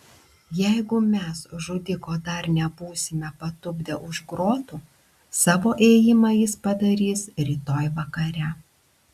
jeigu mes žudiko dar nebūsime patupdę už grotų savo ėjimą jis padarys rytoj vakare